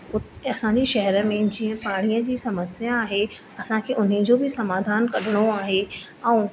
असांजी शहर में जीअं पाणीअ जी समस्या आहे असांखे उन जो बि समाधान कढिणो आहे ऐं